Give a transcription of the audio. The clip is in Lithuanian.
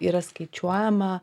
yra skaičiuojama